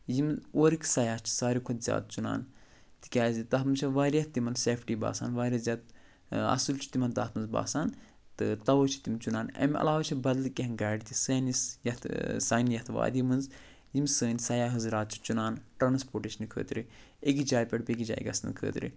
یِم اورٕکۍ سیاح چھِ سارِوی کھۄتہٕ زیادٕ چُنان تِکیٛازِ تَتھ منٛز چھِ واریاہ تِمَن سیفٹی باسان واریاہ زیادٕ اَصٕل چھُ تِمَن تَتھ منٛز باسان تہٕ تَوٕے چھِ تِم چُنان أمۍ علاوٕ چھِ بدل کیٚنہہ گاڑِ تہِ سٲنِس یَتھ سانہِ یَتھ وادی منٛز یِم سٲنۍ سیاح حضرات چھِ چُنان ٹرانسپورٹیشَن خٲطرٕ أکِس جایہِ پٮ۪ٹھ بیٚکِس جایہِ گژھٕنہٕ خٲطرٕ